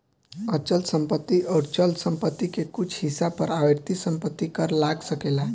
अचल संपत्ति अउर चल संपत्ति के कुछ हिस्सा पर आवर्ती संपत्ति कर लाग सकेला